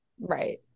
Right